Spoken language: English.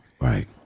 right